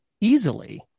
easily